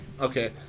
Okay